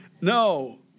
No